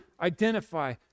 identify